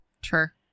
sure